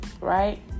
right